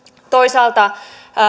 toisaalta